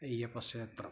അയ്യപ്പ ക്ഷേത്രം